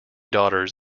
daughters